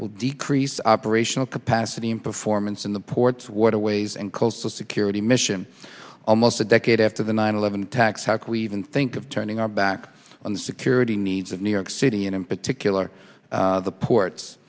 will decrease operational capacity in performance in the ports waterways and coastal security mission almost a decade after the nine eleven attacks how can we even think of turning our back on the security needs of new york city and in particular the ports